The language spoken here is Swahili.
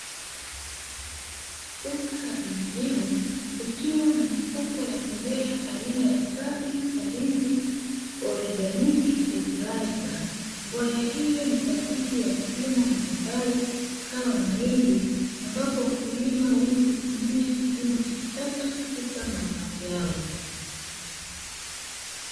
Duka la pembejeo likiwa na mifuko aina ya ''SAFI SARIVI ORGANIC FERTILIZER'',mbolea hiyo ni kwa ajili ya kilimo cha mazao kama mahindi. Ambapo wakulima wengi hutumia kilimo cha kisasa kukuza mazao yao.